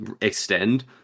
extend